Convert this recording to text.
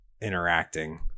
interacting